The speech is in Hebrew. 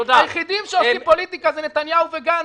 היחידים שעושים פוליטיקה זה נתניהו וגנץ,